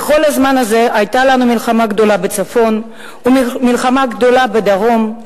בזמן הזה היו לנו מלחמה גדולה בצפון ומלחמה גדולה בדרום,